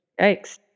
Yikes